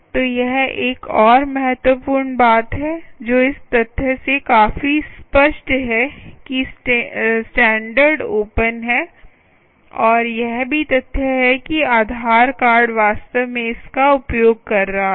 तो यह एक और महत्वपूर्ण बात है जो इस तथ्य से काफी स्पष्ट है कि स्टैण्डर्ड ओपन है और यह भी तथ्य है कि आधार कार्ड वास्तव में इसका उपयोग कर रहा था